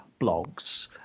blogs